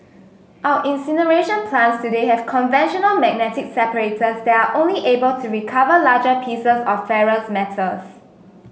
our incineration plants today have conventional magnetic separators that are only able to recover larger pieces of ferrous metals